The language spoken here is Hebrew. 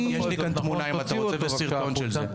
אם אתה רוצה יש לי כאן תמונה וסרטון של זה.